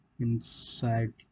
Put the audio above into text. inside